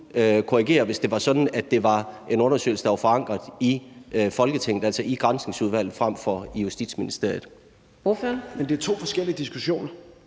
korrigere, hvis det var sådan, at det var en undersøgelse, der var forankret i Folketinget, altså i Granskningsudvalget, frem for i Justitsministeriet. Kl. 18:35 Fjerde næstformand